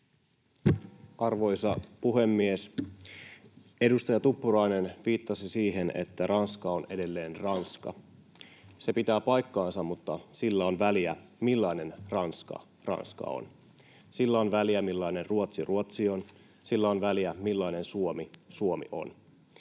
Arvoisa puhemies! Edustaja Tuppurainen viittasi siihen, että Ranska on edelleen Ranska. Se pitää paikkansa, mutta sillä on väliä, millainen Ranska Ranska on, sillä on väliä, millainen Ruotsi Ruotsi on, sillä on väliä, millainen Suomi Suomi on.